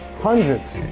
hundreds